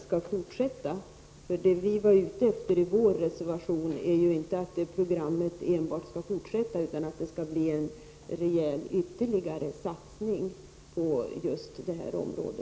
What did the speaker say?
Men vad vi är ute efter i vår reservation är inte enbart att man skall fortsätta med programmet, utan vi vill också att det därutöver satsas rejält på just detta område.